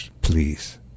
please